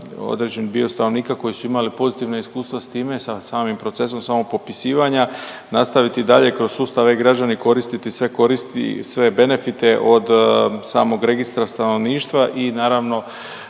određeni dio stanovnika koji su imali pozitivna iskustva s time, samim procesom samog popisivanja nastaviti dalje kroz sustav e-Građani koristiti sve koristi i sve benefite od samog Registra stanovništva i naravno,